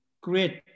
Great